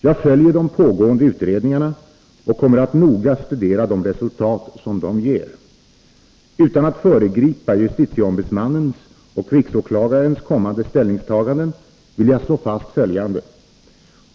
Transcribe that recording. Jag följer de pågående utredningarna och kommer att noga studera de resultat som de ger. Utan att föregripa justitieombudsmannens och riksåklagarens kommande ställningstaganden vill jag slå fast följande.